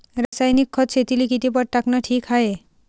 रासायनिक खत शेतीले किती पट टाकनं ठीक हाये?